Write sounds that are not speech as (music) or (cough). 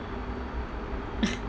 (laughs)